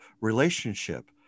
relationship